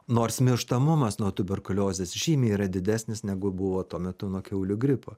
nors mirštamumas nuo tuberkuliozės žymiai yra didesnis negu buvo tuo metu nuo kiaulių gripo